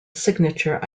signature